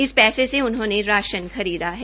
इस पैसे से उन्होंने राशन खरीदा है